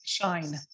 Shine